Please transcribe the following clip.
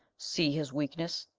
see his weakenesse,